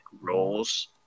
roles